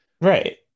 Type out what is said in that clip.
right